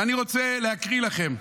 ואני רוצה להקריא לכם: